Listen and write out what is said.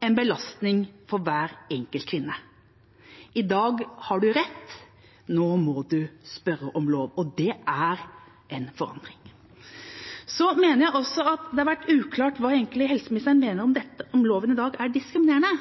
en belastning for hver enkelt kvinne? I dag har du rett, nå må du spørre om lov. Det er en forandring. Jeg mener også at det har vært uklart om helseministeren egentlig mener loven i dag er diskriminerende.